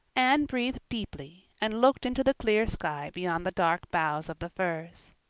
anne breathed deeply, and looked into the clear sky beyond the dark boughs of the firs.